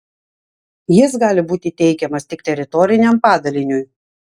jis gali būti teikiamas tik teritoriniam padaliniui